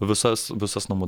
visas visas namų